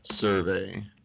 survey